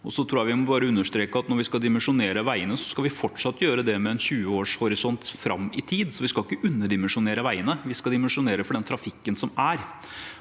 når vi skal dimensjonere veiene, skal vi fortsatt gjøre det med en 20-årshorisont fram i tid. Vi skal ikke underdimensjonere veiene; vi skal dimensjonere for den trafikken som er.